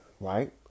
right